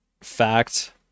fact